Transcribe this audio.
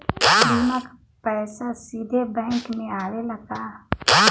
बीमा क पैसा सीधे बैंक में आवेला का?